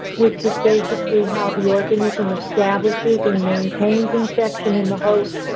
which is basically how the organism establishes and maintains infection in the host.